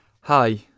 Hi